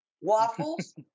waffles